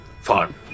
fine